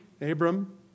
Abram